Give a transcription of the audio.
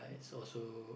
it's also